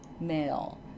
male